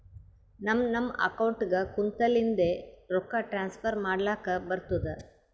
ನಮ್ ನಮ್ ಅಕೌಂಟ್ಗ ಕುಂತ್ತಲಿಂದೆ ರೊಕ್ಕಾ ಟ್ರಾನ್ಸ್ಫರ್ ಮಾಡ್ಲಕ್ ಬರ್ತುದ್